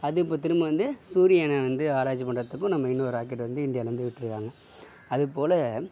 அது இப்போது திரும்ப வந்து சூரியனை வந்து ஆராய்ச்சி பண்ணுறதுக்கும் நம்ம இன்னொரு ராக்கெட் வந்து இந்தியாவில வந்து விட்டுருக்காங்க